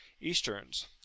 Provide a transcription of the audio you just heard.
Easterns